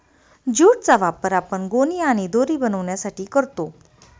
jute चा वापर आपण गोणी आणि दोरी बनवण्यासाठी करतो